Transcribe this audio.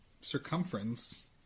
circumference